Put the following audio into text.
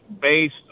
based